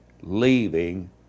leaving